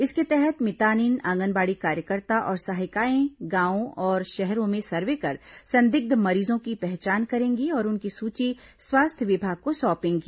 इसके तहत मितानिन आंगनबाड़ी कार्यकर्ता और सहायिकाएं गांवों तथा शहरों में सर्वे कर संदिग्ध मरीजों की पहचान करेंगी और उनकी सूची स्वास्थ्य विभाग को सौंपेगी